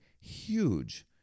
huge